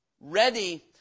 ready